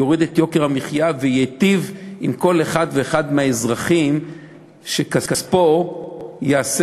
יוריד את יוקר המחיה וייטיב עם כל אחד ואחד מהאזרחים שכספו יעשה,